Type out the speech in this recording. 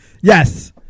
Yes